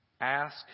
Ask